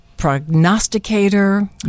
prognosticator